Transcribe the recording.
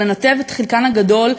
או לנתב את חלקן הגדול,